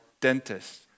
dentists